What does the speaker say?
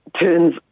turns